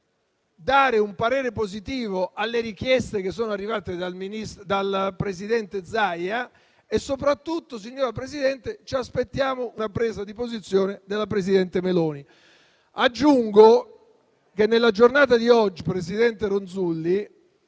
dare un parere positivo alle richieste che sono arrivate dal presidente Zaia e soprattutto, signora Presidente, ci aspettiamo una presa di posizione della presidente Meloni. Aggiungo che nella giornata di oggi, presidente Ronzulli,